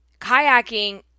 kayaking